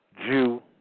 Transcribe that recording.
Jew